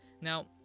Now